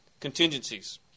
contingencies